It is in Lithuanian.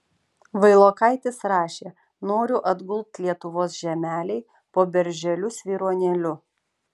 vailokaitis rašė noriu atgult lietuvos žemelėj po berželiu svyruonėliu